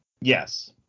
Yes